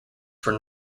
were